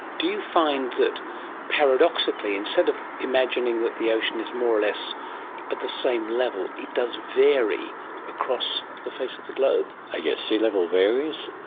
do you find that paradoxically instead of imagining that the ocean is more or less at the same level, it does vary across the face of the globe? ah yes, sea-level varies.